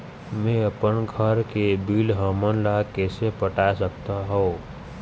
मैं अपन घर के बिल हमन ला कैसे पटाए सकत हो?